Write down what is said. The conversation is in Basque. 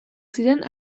ziren